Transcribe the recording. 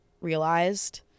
realized